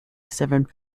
seven